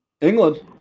england